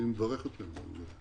אני מברך אתכם על העבודה.